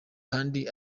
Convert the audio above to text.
kandi